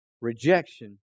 rejection